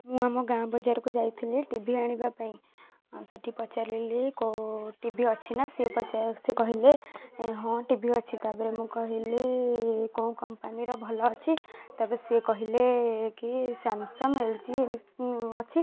ମୁଁ ଆମ ଗାଁ ବଜାରକୁ ଯାଇଥିଲି ଟିଭି ଆଣିବା ପାଇଁ ଆଉ ସେଇଠି ପଚାରିଲି କେଉଁ ଟିଭି ଅଛି ନା ସିଏ ସିଏ କହିଲେ ହଁ ଟିଭି ଅଛି ତାପରେ ମୁଁ କହିଲି କେଉଁ କମ୍ପାନୀର ଭଲ ଅଛି ତା'ପରେ ସେ କହିଲେ କି ସ୍ୟାମସଙ୍ଗ୍ ଏଲଜି ଅଛି